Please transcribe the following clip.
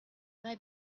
may